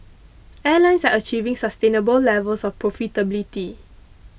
airlines are achieving sustainable levels of profitability